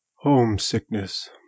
Homesickness